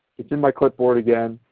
it's in my clipboard again.